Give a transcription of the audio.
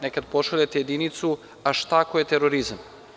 Nekad pošaljete jedinicu, a šta ako je terorizam.